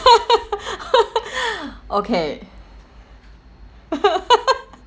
okay